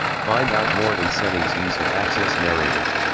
find out more in settings, ease of access narrator.